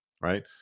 right